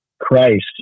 Christ